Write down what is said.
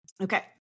Okay